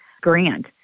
grant